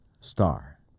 star